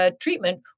treatment